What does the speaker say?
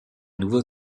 nouveau